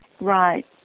Right